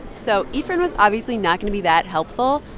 so efren was obviously not going to be that helpful.